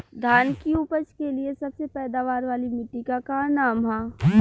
धान की उपज के लिए सबसे पैदावार वाली मिट्टी क का नाम ह?